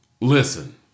Listen